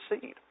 seed